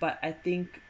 but I think